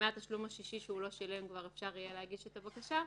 שמהתשלום השישי שהוא לא שילם כבר אפשר יהיה להגיש את הבקשה.